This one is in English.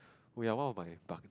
oh ya one of my buck~